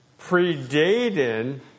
predated